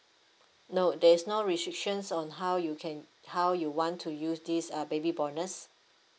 no there's no restrictions on how you can how you want to use these uh baby bonus